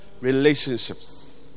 relationships